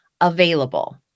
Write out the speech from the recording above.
available